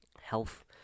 health